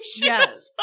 Yes